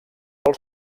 els